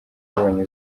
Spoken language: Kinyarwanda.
yabonye